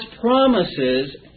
promises